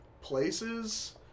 places